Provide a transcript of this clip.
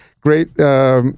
Great